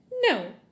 No